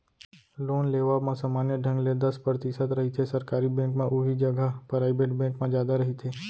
loan लेवब म समान्य ढंग ले दस परतिसत रहिथे सरकारी बेंक म उहीं जघा पराइबेट बेंक म जादा रहिथे